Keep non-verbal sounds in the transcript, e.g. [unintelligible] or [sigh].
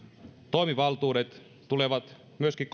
toimivaltuudet tulevat myöskin [unintelligible]